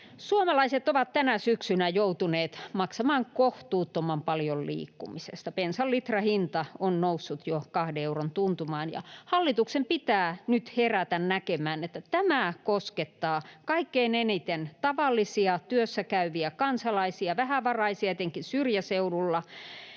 Suomalaiset ovat tänä syksynä joutuneet maksamaan kohtuuttoman paljon liikkumisesta. Bensan litrahinta on noussut jo kahden euron tuntumaan, ja hallituksen pitää nyt herätä näkemään, että tämä koskettaa kaikkein eniten tavallisia työssäkäyviä kansalaisia ja vähävaraisia etenkin syrjäseudulla.